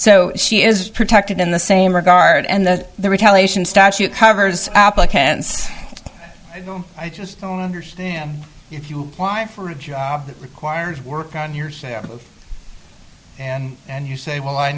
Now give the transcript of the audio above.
so she is protected in the same regard and the retaliation statute covers applicants i just don't understand if you live for a job that requires work on yours and you say well i